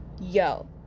Yo